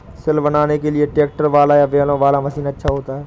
सिल बनाने के लिए ट्रैक्टर वाला या बैलों वाला मशीन अच्छा होता है?